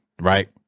right